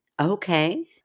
Okay